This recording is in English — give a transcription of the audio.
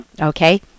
Okay